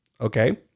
okay